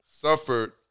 suffered